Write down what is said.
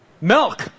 Milk